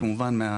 כמובן,